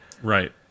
right